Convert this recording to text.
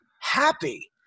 happy